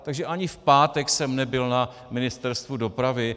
Takže ani v pátek jsem nebyl na Ministerstvu dopravy.